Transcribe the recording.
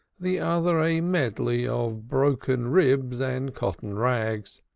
the other a medley of broken ribs and cotton rags.